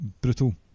brutal